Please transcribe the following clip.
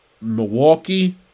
Milwaukee